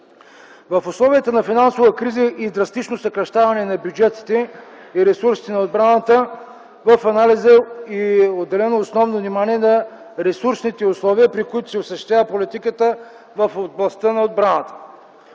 В условията на финансова криза и драстично съкращаване на бюджетите и ресурсите на отбраната в анализа е отделено основно внимание на ресурсните условия, при които се осъществява политиката в областта на отбраната.